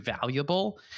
valuable